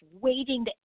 waiting